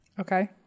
Okay